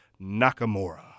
Nakamura